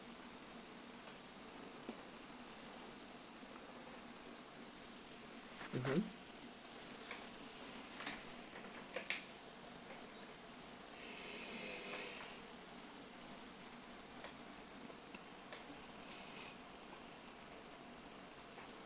mmhmm